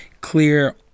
clear